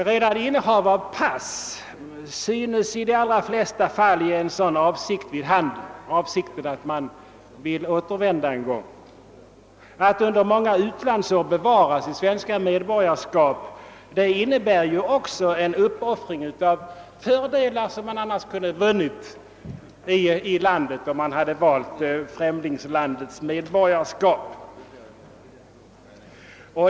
Redan innehav av pass synes i de allra flesta fall ge en sådan avsikt vid handen. Att under många utlandsår bevara sitt svenska medborgarskap innebär ju samtidigt en uppoffring av fördelar som man skulle ha vunnit om man antagit det främmande landets medborgarskap.